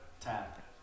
tap